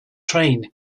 train